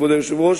כבוד היושב-ראש,